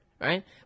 right